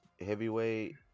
Heavyweight